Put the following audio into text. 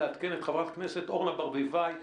לעדכן את חברת הכנסת אורנה ברביבאי,